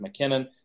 McKinnon